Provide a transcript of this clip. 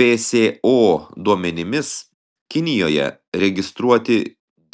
pso duomenimis kinijoje registruoti